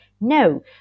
No